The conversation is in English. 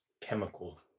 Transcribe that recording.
chemical